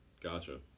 Gotcha